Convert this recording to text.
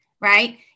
right